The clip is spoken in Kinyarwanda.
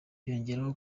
yongeyeho